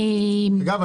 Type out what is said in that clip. אני --- אגב,